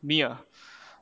me ah